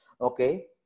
okay